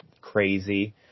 crazy